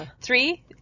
Three